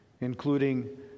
including